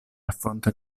affronta